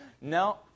No